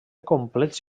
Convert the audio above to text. complets